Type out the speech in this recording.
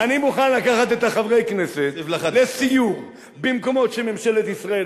אני מוכן לקחת את חברי הכנסת לסיור במקומות שממשלת ישראל,